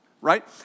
Right